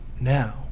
now